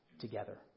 together